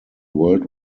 world